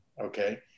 okay